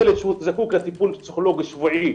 ילד שזקוק לטיפול פסיכולוגי שבועי,